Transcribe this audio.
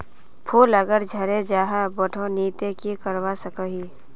फूल अगर झरे जहा बोठो नी ते की करवा सकोहो ही?